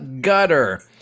Gutter